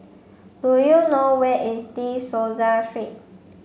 do you know where is De Souza Street